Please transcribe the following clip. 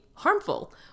harmful